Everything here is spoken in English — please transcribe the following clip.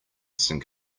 sink